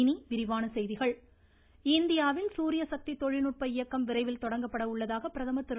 இனி விரிவான செய்திகள் சூரியசக்தி மாநாடு இந்தியாவில் சூரியசக்தி தொழில்நுட்ப இயக்கம் விரைவில் தொடங்கப்பட உள்ளதாக பிரதமர் திரு